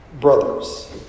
Brothers